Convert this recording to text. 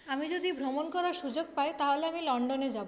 আমি যদি ভ্রমণ করার সুযোগ পাই তাহলে আমি লন্ডনে যাব